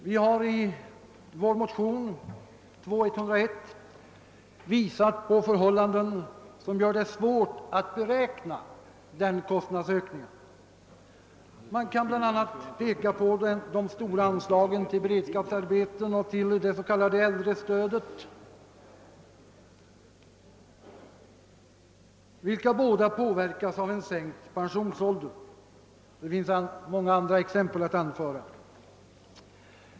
Vi har i vår motion II: 101 visat på förhållanden som gör det svårt att beräkna den kostnadsökningen. Man kan bl.a. peka på de stora anslagen till beredskapsarbeten och till det s.k. äldrestödet, vilka anslag påverkas av en sänkt pensionsålder. Det finns många andra exempel att anföra.